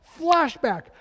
Flashback